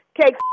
Cake